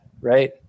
right